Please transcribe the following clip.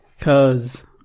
Cause